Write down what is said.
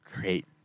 great